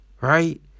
right